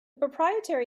proprietary